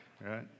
right